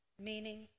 meaning